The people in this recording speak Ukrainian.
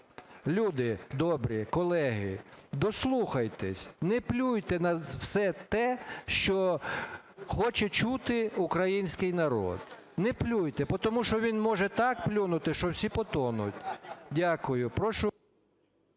Люди добрі, колеги, дослухайтесь, не плюйте на все те, що хоче чути український народ, не плюйте, тому що він може так плюнути, що всі потонуть. Дякую. Прошу…